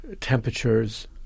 temperatures